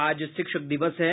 आज शिक्षक दिवस है